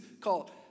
called